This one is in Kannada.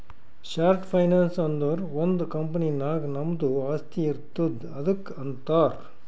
ಶಾರ್ಟ್ ಫೈನಾನ್ಸ್ ಅಂದುರ್ ಒಂದ್ ಕಂಪನಿ ನಾಗ್ ನಮ್ದು ಆಸ್ತಿ ಇರ್ತುದ್ ಅದುಕ್ಕ ಅಂತಾರ್